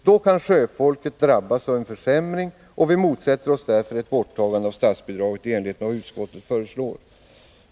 Då kan sjöfolket drabbas av en försämring, och vi motsätter oss därför ett borttagande av statsbidraget i enligt med vad utskottet föreslår.